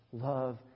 love